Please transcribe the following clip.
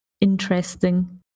interesting